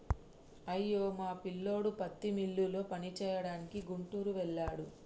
అయ్యో మా పిల్లోడు పత్తి మిల్లులో పనిచేయడానికి గుంటూరు వెళ్ళాడు